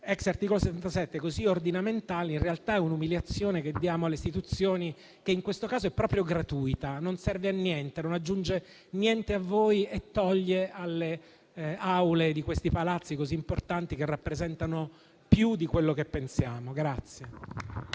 *ex* articolo 77 così ordinamentali, in realtà è un'umiliazione che diamo alle istituzioni. Una umiliazione che, in questo caso, è proprio gratuita, non serve a niente, non aggiunge niente a voi e toglie alle Aule di questi Palazzi così importanti, che rappresentano più di quello che pensiamo.